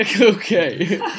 Okay